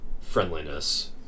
friendliness